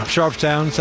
Sharptown